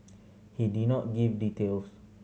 he did not give details